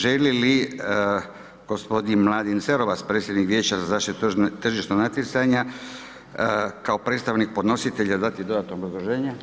Želi li gospodin Mladen Cerovac, predsjednik Vijeća za zaštitu tržišnog natjecanja kao predstavnik podnositelja dati dodatno obrazloženje?